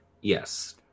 Yes